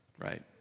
right